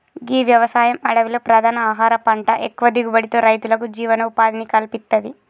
గీ వ్యవసాయం అడవిలో ప్రధాన ఆహార పంట ఎక్కువ దిగుబడితో రైతులకు జీవనోపాధిని కల్పిత్తది